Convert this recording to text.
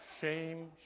shame